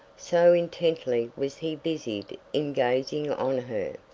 so intently was he busied in gazing on her.